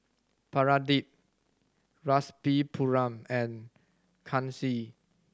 Pradip Rasipuram and Kanshi